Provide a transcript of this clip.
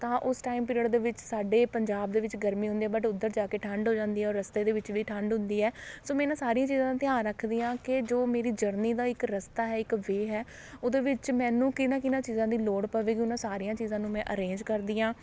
ਤਾਂ ਉਸ time period ਦੇ ਵਿੱਚ ਸਾਡੇ ਪੰਜਾਬ ਦੇ ਵਿੱਚ ਗਰਮੀ ਹੁੰਦੀ ਹੈ ਬਟ ਉੱਧਰ ਜਾ ਕੇ ਠੰਡ ਹੋ ਜਾਂਦੀ ਹੈ ਔਰ ਰਸਤੇ ਦੇ ਵਿੱਚ ਵੀ ਠੰਡ ਹੁੰਦੀ ਹੈ ਸੋ ਮੈਂ ਇਹਨਾਂ ਸਾਰੀਆਂ ਚੀਜ਼ਾ ਦਾ ਧਿਆਨ ਰੱਖਦੀ ਹਾਂ ਕਿ ਜੋ ਮੇਰੀ ਜਰਨੀ ਦਾ ਇੱਕ ਰਸਤਾ ਹੈ ਇੱਕ ਵੇਅ ਹੈ ਉਹਦੇ ਵਿੱਚ ਮੈਨੂੰ ਕਿਨਹਾ ਕਿਨਹਾ ਚੀਜ਼ਾਂ ਦੀ ਲੋੜ ਪਵੇਗੀ ਉਹਨਾਂ ਸਾਰੀਆਂ ਚੀਜ਼ਾਂ ਨੂੰ ਮੈਂ ਅਰੇਂਜ ਕਰਦੀ ਹਾਂ